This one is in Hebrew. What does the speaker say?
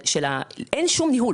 אין כל ניהול.